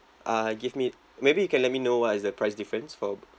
uh give me maybe you can let me know what is the price difference for